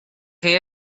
chi